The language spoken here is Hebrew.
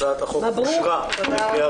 הצעת החוק אושרה לקריאה ראשונה.